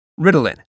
Ritalin